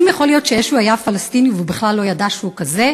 האם יכול להיות שישו היה פלסטיני והוא בכלל לא ידע שהוא כזה?